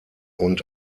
und